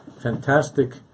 fantastic